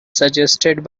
suggested